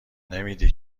نمیده